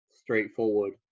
straightforward